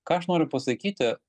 ką aš noriu pasakyti